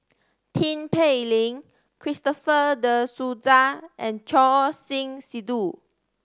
Tin Pei Ling Christopher De Souza and Choor Singh Sidhu